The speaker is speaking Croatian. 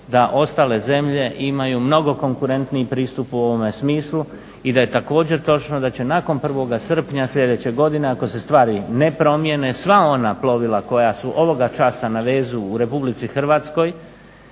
da ostale zemlje imaju mnogo konkurentniji pristup u ovome smislu i da je također točno da će nakon 1.sprnja sljedeće godine ako se stvari ne promijene sva ona plovila koja su ovoga časa na vezu u RH biti